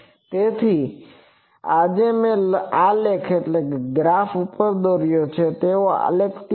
તેથી આજે મે જે આલેખ ઉપર દોર્યો છે તેવો આલેખ ત્યાં છે